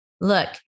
Look